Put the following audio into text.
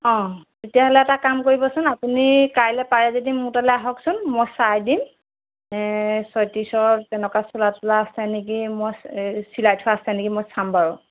অ তেতিয়াহ'লে এটা কাম কৰিবচোন আপুনি কাইলৈ পাৰে যদি মোৰ তালৈ আহকচোন মই চাই দিম ছয়ত্ৰিশৰ তেনেকুৱা চোলা তোলা আছে নেকি মই এ চিলাই থোৱা আছে নেকি মই চাম বাৰু